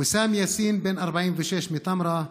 ויסאם יאסין, בן 46 מטמרה,